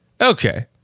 Okay